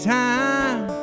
time